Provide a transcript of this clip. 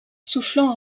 soufflant